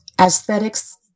aesthetics